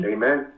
Amen